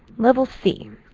level c.